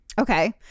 Okay